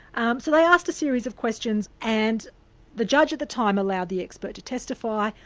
um so they asked a series of questions and the judge at the time allowed the expert to testify,